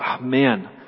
man